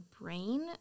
brain